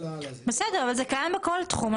אבל זה קיים בכל תחום.